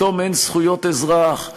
פתאום אין זכויות אזרח.